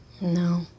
No